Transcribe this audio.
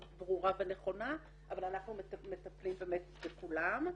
ברורה ונכונה אבל אנחנו מטפלים באמת בכולן.